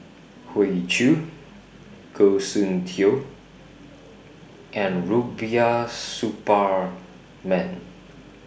Hoey Choo Goh Soon Tioe and Rubiah Suparman